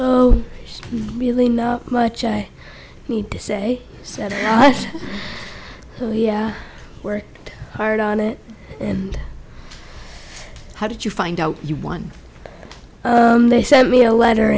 oh really no much i need to say said oh yeah worked hard on it and how did you find out you won they sent me a letter